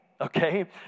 Okay